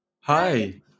Hi